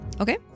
Okay